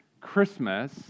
Christmas